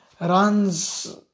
runs